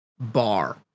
bar